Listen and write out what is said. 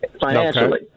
financially